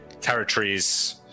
territories